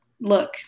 look